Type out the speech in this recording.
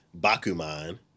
Bakuman